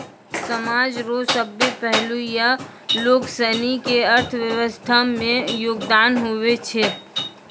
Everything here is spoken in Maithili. समाज रो सभ्भे पहलू या लोगसनी के अर्थव्यवस्था मे योगदान हुवै छै